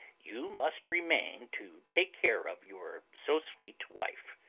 you must remain to take care of your so sweet wife!